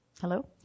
Hello